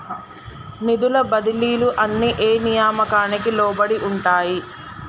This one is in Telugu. నిధుల బదిలీలు అన్ని ఏ నియామకానికి లోబడి ఉంటాయి?